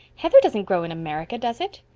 heather doesn't grow in america, does it?